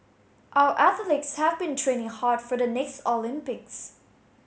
our athletes have been training hard for the next Olympics